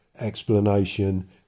explanation